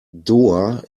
doha